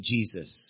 Jesus